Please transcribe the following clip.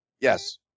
Yes